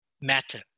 matter